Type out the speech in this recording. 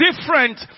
different